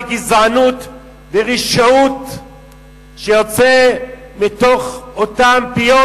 גזענות ורשעות שיוצאים מתוך אותם פיות,